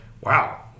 wow